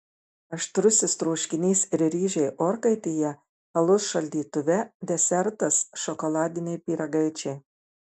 aštrusis troškinys ir ryžiai orkaitėje alus šaldytuve desertas šokoladiniai pyragaičiai